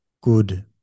good